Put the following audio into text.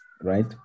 Right